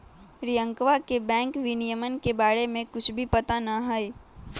रियंकवा के बैंक विनियमन के बारे में कुछ भी पता ना हई